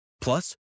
Plus